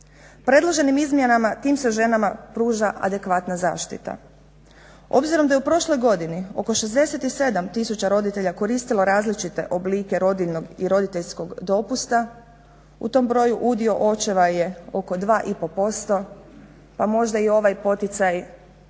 predloženim izmjenama tim se ženama pruža adekvatna zaštita. Obzirom da je u prošloj godini oko 67 tisuća roditelja koristilo različite oblike rodiljnog i roditeljskog dopusta u tom broju udio očeva je oko 2,5% pa možda i ovaj poticaj taj